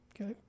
Okay